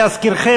להזכירכם,